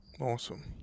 Awesome